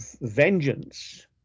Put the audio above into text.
vengeance